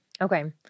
Okay